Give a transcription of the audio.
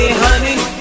honey